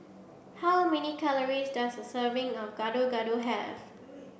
how many calories does a serving of Gado Gado have